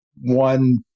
one